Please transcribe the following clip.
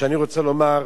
שאני רוצה לומר,